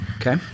Okay